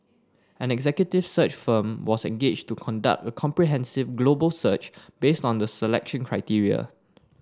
an executive search firm was engaged to conduct a comprehensive global search based on the selection criteria